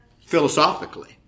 Philosophically